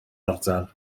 ardal